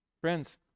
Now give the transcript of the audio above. Friends